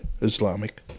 Islamic